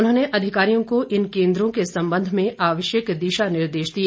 उन्होंने अधिकारियों को इन केंद्रों के संबंध में आवश्यक दिशा निर्देश दिए